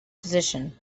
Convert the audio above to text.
position